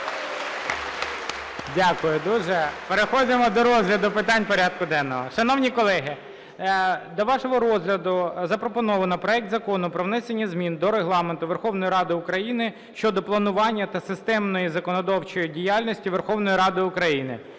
Дякую дуже. Переходимо до розгляду питань порядку денного. Шановні колеги, до вашого розгляду запропоновано проект Закону про внесення змін до Регламенту Верховної Ради України щодо планування та системності законотворчої діяльності Верховної Ради України